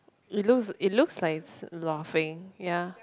it looks it looks likes a lot of fin ya